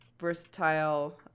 versatile